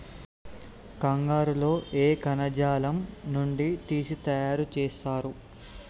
కంగారు లో ఏ కణజాలం నుండి తీసి తయారు చేస్తారు?